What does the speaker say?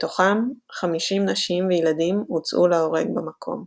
מתוכם 50 נשים וילדים הוצאו להורג במקום.